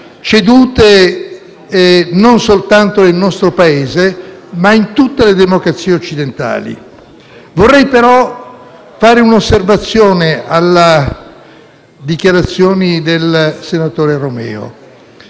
fatto non soltanto nel nostro Paese, ma in tutte le democrazie occidentali. Vorrei però fare un'osservazione sulle dichiarazioni del senatore Romeo,